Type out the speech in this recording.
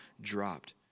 dropped